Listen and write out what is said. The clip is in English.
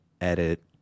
edit